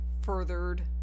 furthered